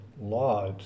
law